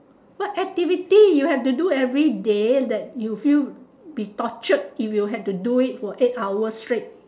what activity you have to do everyday that you feel be tortured if you had to do it for eight hour straight